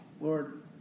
Lord